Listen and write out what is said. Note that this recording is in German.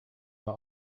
war